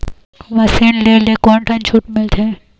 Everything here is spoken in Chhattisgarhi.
मशीन ले ले कोन ठन छूट मिलथे?